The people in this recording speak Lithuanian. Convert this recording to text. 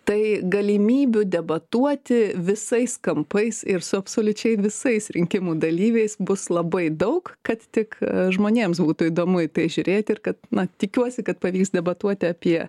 tai galimybių debatuoti visais kampais ir su absoliučiai visais rinkimų dalyviais bus labai daug kad tik žmonėms būtų įdomu žiūrėti ir kad na tikiuosi kad pavyks debatuoti apie